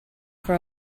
for